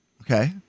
Okay